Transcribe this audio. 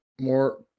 More